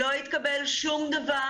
לא התקבל שום דבר.